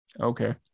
okay